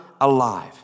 alive